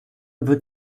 wird